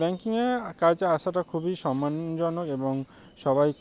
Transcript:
ব্যাঙ্কিংয়ে কাজে আসাটা খুবই সম্মানজনক এবং সবাই